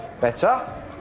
Better